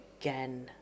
again